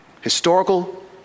Historical